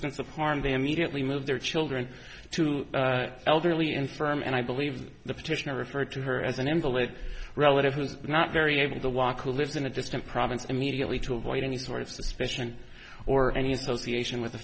instance of harm they immediately move their children to elderly infirm and i believe the petitioner referred to her as an invalid relative who is not very able to walk who lived in a distant province immediately to avoid any sort of suspicion or any association with